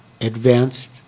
advanced